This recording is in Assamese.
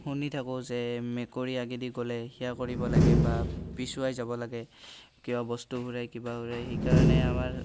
শুনি থাকোঁ যে মেকুৰী আগেদি গ'লে সেৱা কৰিব লাগে বা পিছুৱাই যাব লাগে কিয় বস্তুবোৰে কিবা কৰে সেইকাৰণে আমাৰ